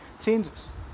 changes